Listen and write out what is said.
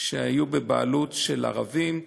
שהיו בבעלות של ערבים,